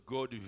God